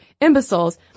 Imbeciles